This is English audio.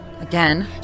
Again